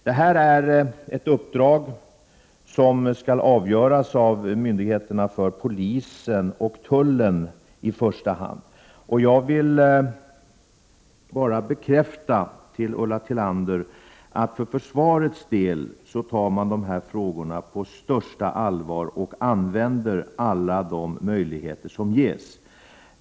Det här är ett uppdrag som i första hand skall avgöras av polismyndigheterna och tullmyndigheterna. Jag vill för Ulla Tillander bekräfta att man från försvarets sida tar dessa frågor på största allvar och använder alla de möjligheter som finns.